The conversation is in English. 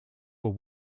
were